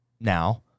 now